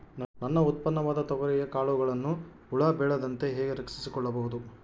ನನ್ನ ಉತ್ಪನ್ನವಾದ ತೊಗರಿಯ ಕಾಳುಗಳನ್ನು ಹುಳ ಬೇಳದಂತೆ ಹೇಗೆ ರಕ್ಷಿಸಿಕೊಳ್ಳಬಹುದು?